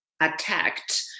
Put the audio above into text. attacked